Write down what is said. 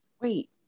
Wait